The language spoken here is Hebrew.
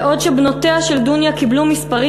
בעוד שבנותיה של דוניא קיבלו מספרים